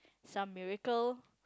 some miracle